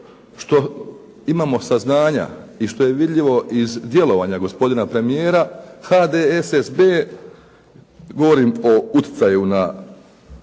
što imamo saznanja i što je vidljivo iz djelovanja gospodina premijera HDSSB govorim o utjecaju na